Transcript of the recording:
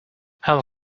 how